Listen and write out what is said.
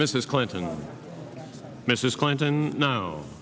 mrs clinton mrs clinton now